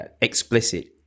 explicit